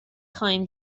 خوایم